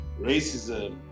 Racism